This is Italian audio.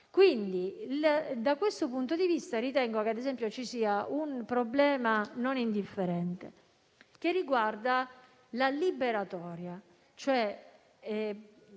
stesso. Da questo punto di vista, ritengo che ad esempio ci sia un problema non indifferente che riguarda la liberatoria. In questo